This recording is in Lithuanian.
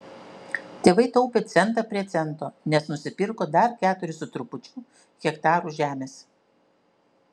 tėvai taupė centą prie cento nes nusipirko dar keturis su trupučiu hektarų žemės